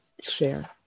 share